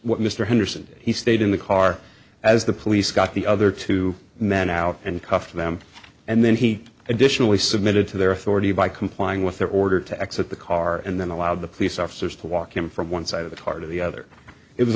henderson he stayed in the car as the police got the other two men out and cuffed them and then he additionally submitted to their authority by complying with their order to exit the car and then allowed the police officers to walk him from one side of the heart of the other it was